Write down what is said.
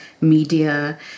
media